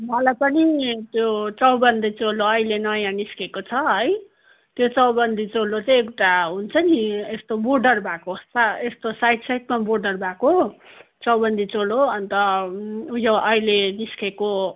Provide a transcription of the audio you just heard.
मलाई पनि त्यो चौबन्दी चोलो अहिले नयाँ निस्किको छ है त्यो चौबन्दी चोलो चाहिँ एउटा हुन्छ नि यस्तो बोडर भएको यस्तो साइड साइडमा बोडर भएको चौबन्दी चोलो अन्त उयो अहिले निस्किएको